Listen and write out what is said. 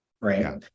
right